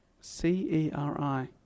C-E-R-I